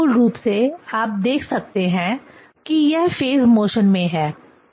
तो यह मूल रूप से आप देख सकते हैं कि यह फेज मोशन में है